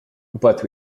but